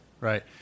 right